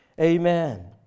Amen